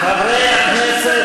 חברי הכנסת,